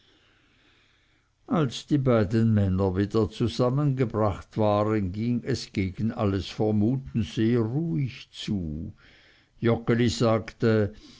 als die beiden männer wieder zusammengebracht waren ging es gegen alles vermuten sehr ruhig zu joggeli sagte